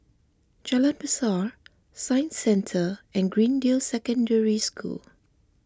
Jalan Besar Science Centre and Greendale Secondary School